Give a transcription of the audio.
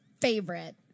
favorite